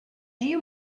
you